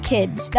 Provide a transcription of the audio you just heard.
kids